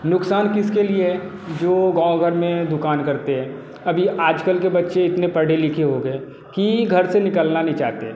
नुक़सान किसके लिए है जो गाँव में घर में दुकान करते हैं अभी आज कल के बच्चे इतने पढ़े लिखे हो गए हैं कि घर से निकलना नहीं चाहते